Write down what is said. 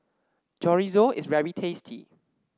Chorizo is very tasty